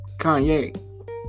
Kanye